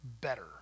better